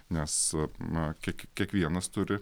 nes na kiek kiekvienas turi